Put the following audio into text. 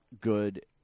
good